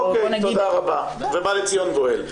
אוקיי, תודה רבה, ובא לציון גואל.